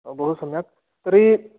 बहुसम्यक् तर्हि